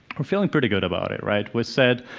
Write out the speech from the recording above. we're feeling pretty good about it right. we said,